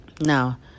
Now